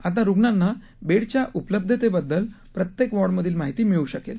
आता रूग्णांना बेडच्या उपलब्धतेबद्दल प्रत्येक वॉर्डमधील माहिती मिळू शकेल